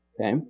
Okay